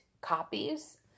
copies